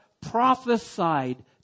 prophesied